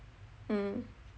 mm